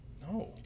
no